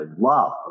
love